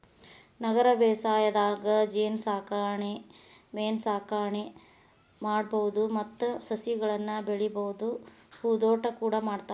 ನಗರ ಬೇಸಾಯದಾಗ ಜೇನಸಾಕಣೆ ಮೇನಸಾಕಣೆ ಮಾಡ್ಬಹುದು ಮತ್ತ ಸಸಿಗಳನ್ನ ಬೆಳಿಬಹುದು ಹೂದೋಟ ಕೂಡ ಮಾಡ್ತಾರ